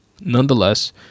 Nonetheless